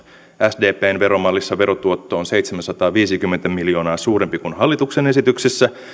sdpn veromallissa verotuotto on seitsemänsataaviisikymmentä miljoonaa suurempi kuin hallituksen esityksessä